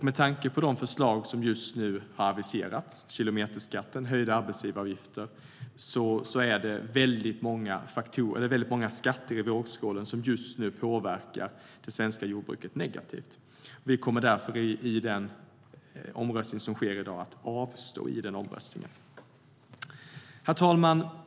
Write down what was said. Med tanke på de förslag som just nu har aviserats - kilometerskatten och höjda arbetsgivaravgifter - är det väldigt många skatter i vågskålen som just nu påverkar det svenska jordbruket negativt, och vi kommer därför att avstå i den omröstning som sker i dag. Herr talman!